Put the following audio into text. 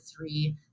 three